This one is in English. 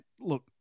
look